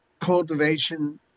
cultivation